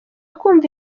kumva